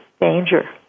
danger